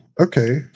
okay